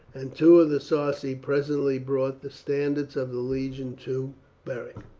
and two of the sarci presently brought the standards of the legion to beric.